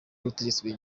y’ubutegetsi